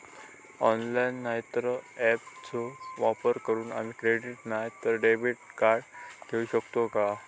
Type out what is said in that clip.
Online नाय तर ऍपचो वापर करून आम्ही क्रेडिट नाय तर डेबिट कार्ड घेऊ शकतो का?